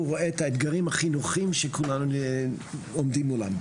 רואה את האתגרים החינוכיים שכולנו עומדים מולם.